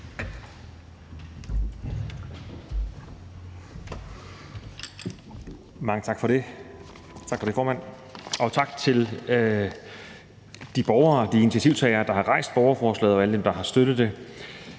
Mange tak for det, formand, og tak til de borgere og de initiativtagere, der har rejst borgerforslaget, og til alle dem, der har støttet det.